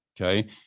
Okay